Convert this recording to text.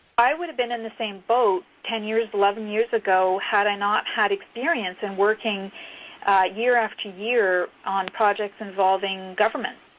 i would have been in the same boat ten years, eleven years ago had i not had experience in working year after year on projects involving government.